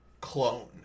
clone